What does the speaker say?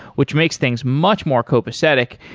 which makes things much more copacetic.